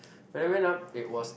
when I went up it was